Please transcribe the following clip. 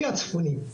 אני הצפוני,